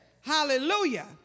hallelujah